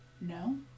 No